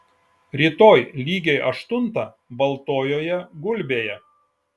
rytoj lygiai aštuntą baltojoje gulbėje